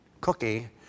cookie